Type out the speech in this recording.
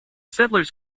settlers